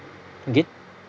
again